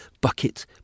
bucket